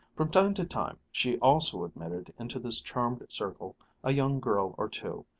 from time to time she also admitted into this charmed circle a young girl or two,